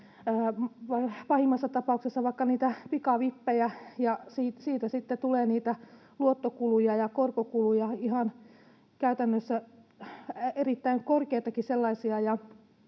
pahimmassa tapauksessa vaikka niitä pikavippejä. Niistä sitten tulee niitä luottokuluja ja korkokuluja, ihan käytännössä erittäin korkeitakin sellaisia,